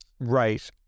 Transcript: Right